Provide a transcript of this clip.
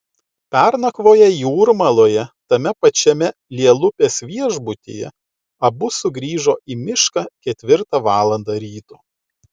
pernakvoję jūrmaloje tame pačiame lielupės viešbutyje abu sugrįžo į mišką ketvirtą valandą ryto